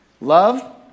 Love